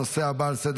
להלן תוצאות ההצבעה: